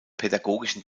pädagogischen